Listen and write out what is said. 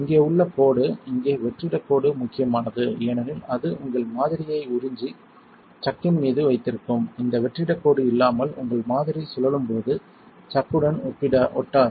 இங்கே உள்ள கோடு இங்கே வெற்றிடக் கோடு முக்கியமானது ஏனெனில் அது உங்கள் மாதிரியை உறிஞ்சி சக்கின் மீது வைத்திருக்கும் இந்த வெற்றிடக் கோடு இல்லாமல் உங்கள் மாதிரி சுழலும்போது சக்குடன் ஒட்டாது